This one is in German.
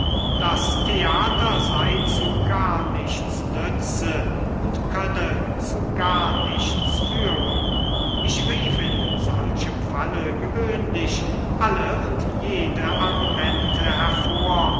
das theater sei zu gar nichts nütze und könne zu gar nichts führen ich rief in solchem falle gewöhnlich alle und jede argumente hervor